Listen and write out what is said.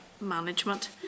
Management